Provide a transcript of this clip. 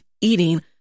eating